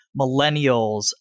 millennials